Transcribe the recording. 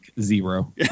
zero